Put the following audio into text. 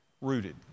Rooted